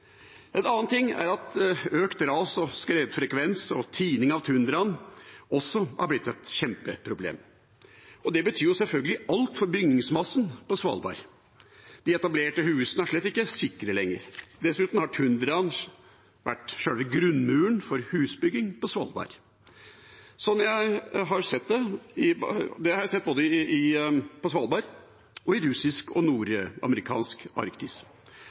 et kjempeproblem. Det betyr selvfølgelig alt for bygningsmassen på Svalbard. De etablerte husene er slett ikke sikre lenger. Dessuten har tundraen vært sjølve grunnmuren for husbygging på Svalbard. Det har jeg sett både på Svalbard og i russisk og nordamerikansk Arktis.